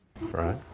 right